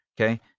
Okay